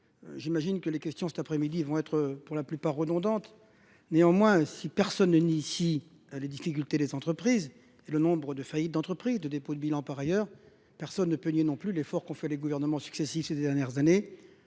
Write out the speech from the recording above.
J'imagine que les questions cet après-midi vont être pour la plupart redondantes. Néanmoins, si personne ne nie si les difficultés des entreprises et le nombre de faillites d'entreprises, de dépôts de bilans par ailleurs, personne ne peut nier non plus l'effort qu'ont fait les gouvernements successifs ces dernières années